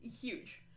Huge